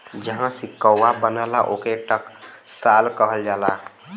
जहाँ सिक्कवा बनला, ओके टकसाल कहल जाला